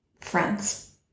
Friends